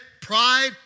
pride